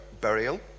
burial